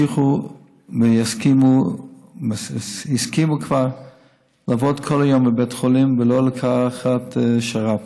שהסכימו כבר לעבוד כל היום בבית חולים ולא לקחת שר"פ,